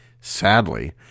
Sadly